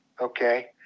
okay